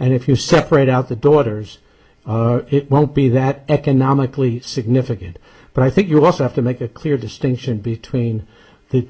and if you separate out the daughters it won't be that economically significant but i think you also have to make a clear distinction between the